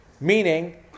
Meaning